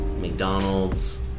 McDonald's